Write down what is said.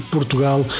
Portugal